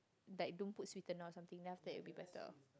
like don't put sweetener or something then after that it would be better